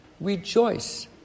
Rejoice